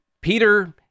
Peter